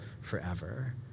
forever